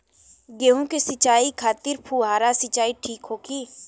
गेहूँ के सिंचाई खातिर फुहारा सिंचाई ठीक होखि?